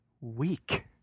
weak